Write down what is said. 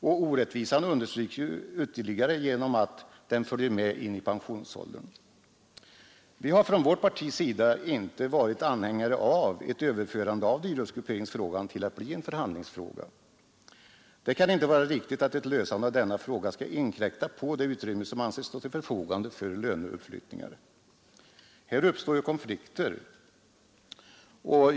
Och orättvisan understryks ytterligare genom att den följer med in i pensionsåldern. Vi har från vårt partis sida inte varit anhängare av förslaget att göra dyrortsgrupperingsfrågan till en förhandlingsfråga. Det kan inte vara riktigt att ett lösande av denna fråga skall inkräkta på det utrymme som anses stå till förfogande för löneuppflyttningar. Här uppstår då konflikter.